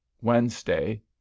wednesday